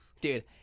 dude